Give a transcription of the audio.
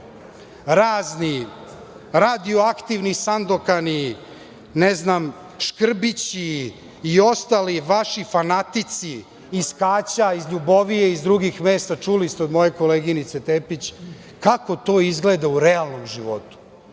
razni radio aktivni Sandokani, ne znam, Škrbići i ostali vaši fanatici, iz Kaća, iz Ljubovije, iz drugih mesta, čuli ste od moje koleginice Tepić, kako to izgleda u realnom životu,